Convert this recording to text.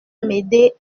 m’aider